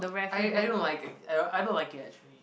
I I don't like it I I don't like it actually